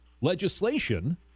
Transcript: legislation